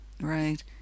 right